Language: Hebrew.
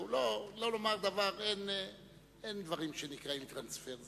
אין דברים שנקראים "טרנספר",